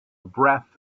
breath